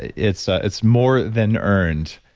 it's ah it's more than earned.